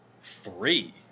Three